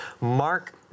Mark